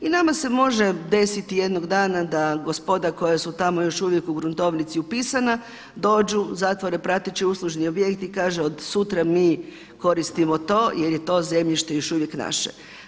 I nama se može deseti jednog dana da gospoda koja su tamo još uvijek u gruntovnici upisana dođu, zatvore prateći uslužni objekt i kaže od sutra mi koristimo to jer je to zemljište još uvijek naše.